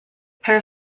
her